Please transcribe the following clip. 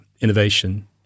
innovation